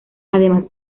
además